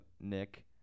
Nick